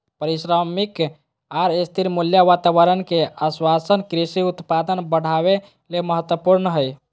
पारिश्रमिक आर स्थिर मूल्य वातावरण के आश्वाशन कृषि उत्पादन बढ़ावे ले महत्वपूर्ण हई